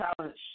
challenge